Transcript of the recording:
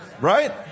Right